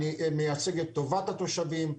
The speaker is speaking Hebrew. אני מייצג את טובת התושבים.